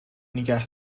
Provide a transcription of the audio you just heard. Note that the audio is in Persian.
نیگه